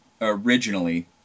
originally